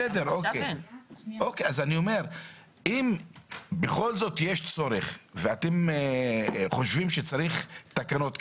אם בכל זאת יש צורך ואתם חושבים שצריך תקנות כאלה,